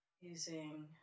using